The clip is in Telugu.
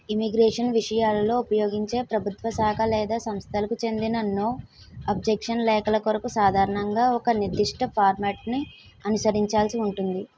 ఇమ్మిగ్రేషన్ విషయాలలో ఉపయోగించే ప్రభుత్వ శాఖ లేదా సంస్థలకు చెందిన నో అబ్జెక్షన్ లేఖల కొరకు సాధారణంగా ఒక నిర్ధిష్ట ఫార్మట్ ని అనుసరించాల్సి ఉంటుంది